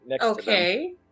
Okay